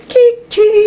Kiki